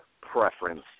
preference